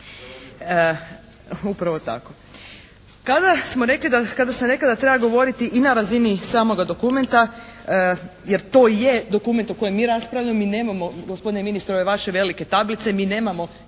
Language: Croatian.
smo rekli, kada sam rekla da treba govoriti i na razini samoga dokumenta jer to i je dokument o kojem mi raspravljamo, mi nemamo gospodine ministre ove vaše velike tablice, mi nemamo,